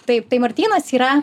taip tai martynas yra